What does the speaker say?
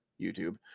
YouTube